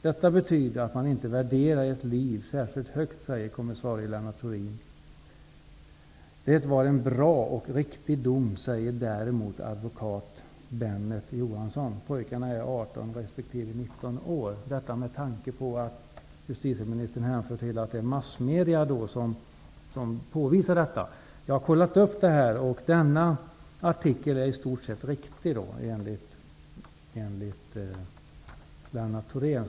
Detta betyder att man inte värderar ett liv särskilt högt, säger kommissarie Det var en bra och riktig dom, säger däremot advokat Benneth Johansson.'' Pojkarna är 18 resp. 19 år. Jag nämner detta med tanke på att justitieministern hänvisade till att det är massmedierna som påvisar detta. Jag har kontrollerat det här fallet. Denna artikel är i stort sett riktig, enligt Lennart Thorin.